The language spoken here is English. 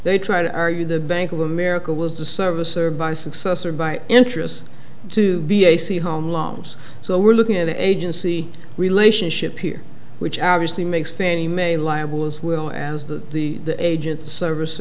they try to argue the bank of america was the service or by success or by interest to be a see home loans so we're looking at the agency relationship here which obviously makes fannie mae liable as well as the the agent service